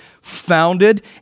founded